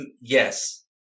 Yes